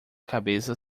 cabeça